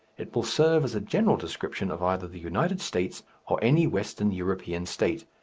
it will serve as a general description of either the united states or any western european state,